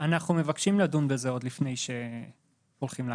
אנחנו מבקשים לדון בזה עוד לפני שהולכים להקראה.